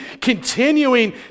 continuing